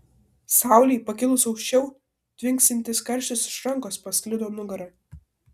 saulei pakilus auščiau tvinksintis karštis iš rankos pasklido nugara